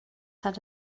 had